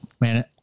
man